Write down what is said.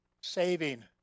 saving